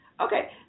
Okay